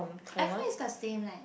I feel is the same like